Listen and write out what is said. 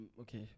okay